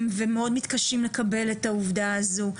ומאוד מתקשים לקבל את העובדה הזו,